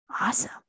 Awesome